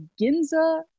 Ginza